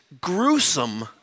gruesome